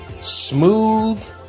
Smooth